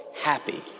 happy